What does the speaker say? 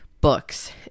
books